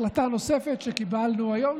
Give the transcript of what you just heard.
החלטה נוספת שקיבלנו היום,